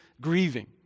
grieving